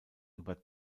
über